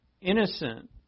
innocent